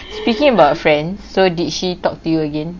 speaking about friends so did she talk to you again